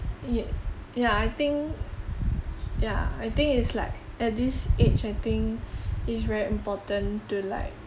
y~ ya I think ya I think it's like at this age I think it's very important to like